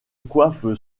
coiffe